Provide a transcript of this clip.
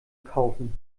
kaufen